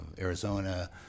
Arizona